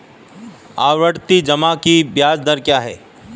आवर्ती जमा की ब्याज दर क्या है?